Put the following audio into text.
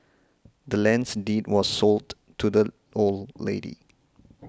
the land's deed was sold to the old lady